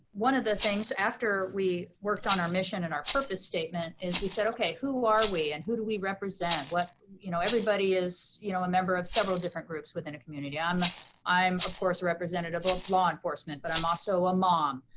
one of the things after we worked on our mission and our purpose statement is we said okay, who are we and who do we represent? you know everybody is you know a member of several different groups within a community. i'm i'm of course a representative of law enforcement, but i'm also a mom,